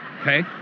okay